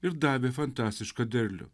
ir davė fantastišką derlių